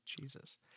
Jesus